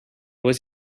was